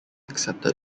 accepted